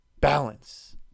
balance